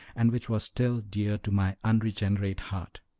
and which was still dear to my unregenerate heart.